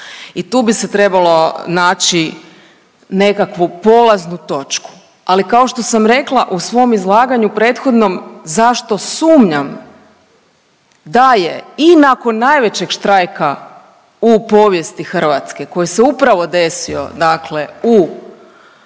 i tu bi se trebalo naći nekakvu polaznu točku. Ali, kao što sam rekla u svom izlaganju prethodnom zašto sumnjam da je i nakon najvećeg štrajka u povijesti Hrvatske koji se upravo desio dakle